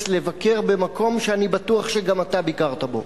לבקר במקום שאני בטוח שגם אתה ביקרת בו,